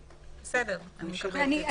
אני מקבלת את זה.